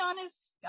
honest